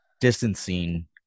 distancing